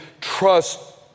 trust